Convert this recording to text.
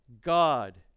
God